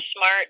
smart